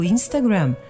Instagram